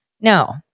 No